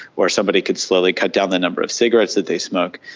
or somebody could slowly cut down the number of cigarettes that they smoke.